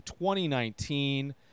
2019